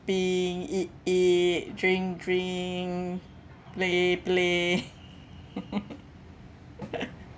eat eat drink drink play play